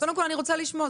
קודם כול אני רוצה לשמוע,